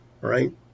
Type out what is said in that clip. Right